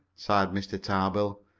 sighed mr. tarbill.